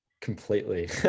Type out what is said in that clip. completely